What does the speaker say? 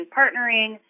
partnering